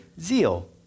zeal